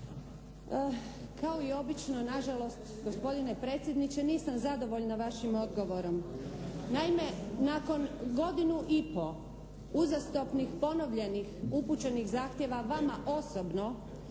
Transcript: Kao i obično nažalost gospodine predsjedniče, nisam zadovoljna vašim odgovorom. Naime, nakon godinu i po uzastopnih ponovljenih upućenih zahtjeva vama osobno,